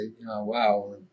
wow